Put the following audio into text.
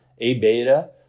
A-beta